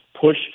push